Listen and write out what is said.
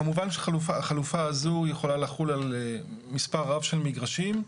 כמובן שהחלופה הזו יכולה לחול על מספר רב של מגרשים,